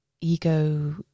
ego